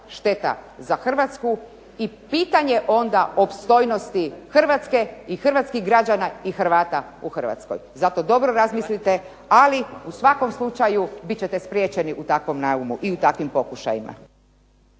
šteta za Hrvatsku i pitanje onda opstojnosti HRvatske i hrvatskih građana i Hrvata u HRvatskoj. Zato dobro razmislite, ali u svakom slučaju biti ćete spriječeni u takvom naumu i takvim pokušajima.